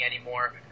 anymore